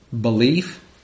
belief